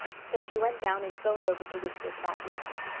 so she went down and phoned over to whiskers about the matter.